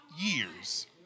years